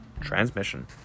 transmission